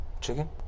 chicken